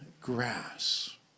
grass